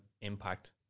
impact